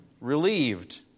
relieved